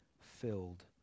filled